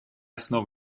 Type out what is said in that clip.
основ